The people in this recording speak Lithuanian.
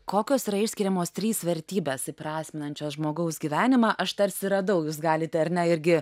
kokios yra išskiriamos trys vertybės įprasminančios žmogaus gyvenimą aš tarsi radau jūs galite ar ne irgi